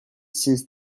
since